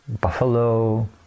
buffalo